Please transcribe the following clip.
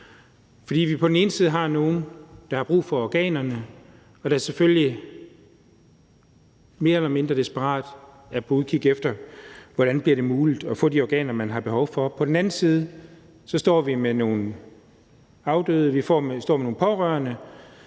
fordi vi på den ene side har nogle, der har brug for organerne, som mere eller mindre desperat er på udkig efter, hvordan det kan blive muligt at få de organer, de har behov for, og på den anden side står vi med nogle pårørende,